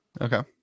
Okay